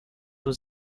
was